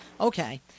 Okay